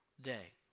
day